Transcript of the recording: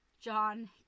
John